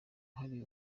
hari